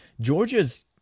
Georgia's